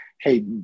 hey